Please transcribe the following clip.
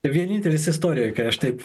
vienintelis istorijoj kai aš taip